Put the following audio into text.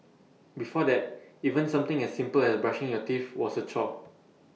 before that even something as simple as brushing your teeth was A chore